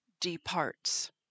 departs